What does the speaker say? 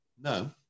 No